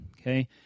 Okay